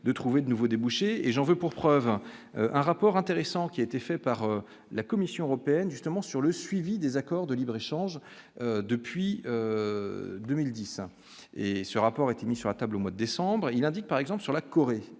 de trouver de nouveaux débouchés, et j'en veux pour preuve. Un rapport intéressant qui a été fait par la Commission européenne justement sur le suivi des accords de libre-échange depuis 2010 et ce rapport a été mis sur la table au mois décembre il indique par exemple sur la Corée,